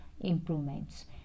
improvements